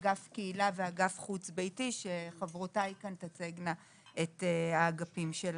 אגף קהילה ואגף חוץ ביתי שחברותיי כאן תצגנה את האגפים שלהן.